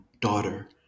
daughter